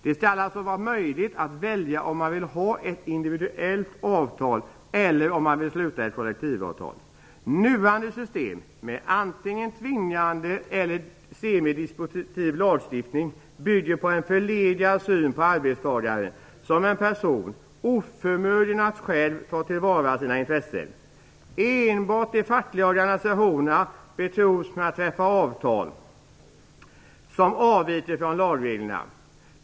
Det skall alltså vara möjligt att välja om man vill ha ett individuellt avtal eller om man vill sluta ett kollektivavtal. Nuvarande system med antingen tvingande eller semidispositiv lagstiftning bygger på en förlegad syn på arbetstagaren som en person som är oförmögen att själv ta till vara sina intressen. Enbart de fackliga organisationerna är betrodda att träffa avtal som avviker från lagreglerna.